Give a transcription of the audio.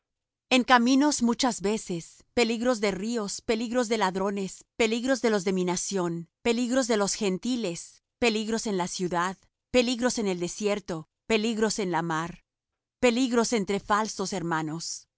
en caminos muchas veces peligros de ríos peligros de ladrones peligros de los de mi nación peligros de los gentiles peligros en la ciudad peligros en el desierto peligros en la mar peligros entre falsos hermanos